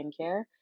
skincare